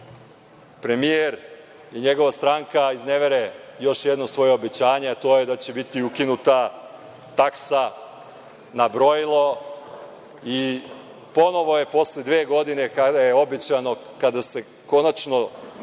premijer i njegova stranka iznevere još jednom svoja obećanja, a to je da će biti ukinuta taksa na brojilo i ponovo se posle dve godine, kada se konačno